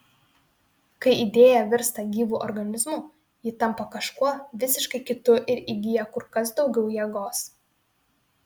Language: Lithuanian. kai idėja virsta gyvu organizmu ji tampa kažkuo visiškai kitu ir įgyja kur kas daugiau jėgos